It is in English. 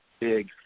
big